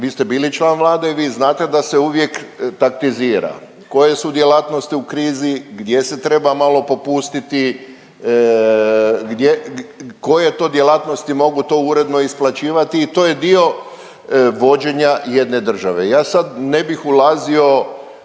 vi ste bili član Vlade i vi znate da se uvijek taktizira koje su djelatnosti u krizi, gdje se treba malo popustiti, koje to djelatnosti mogu to uredno isplaćivati i to je dio vođenja jedne države. I ja sad ne bih ulazio